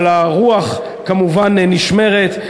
אבל הרוח כמובן נשמרת.